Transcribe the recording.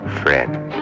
friend